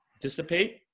dissipate